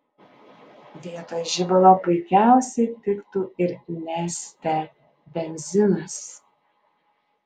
vietoj žibalo puikiausiai tiktų ir neste benzinas